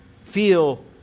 feel